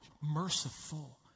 merciful